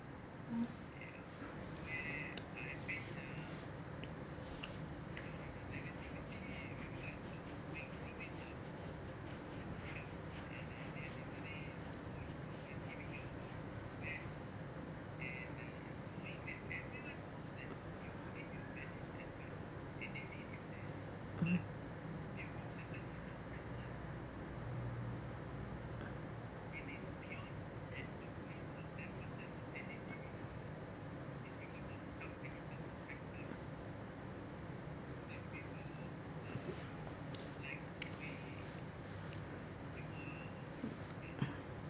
mmhmm